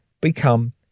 become